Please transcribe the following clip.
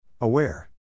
Aware